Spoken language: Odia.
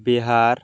ବିହାର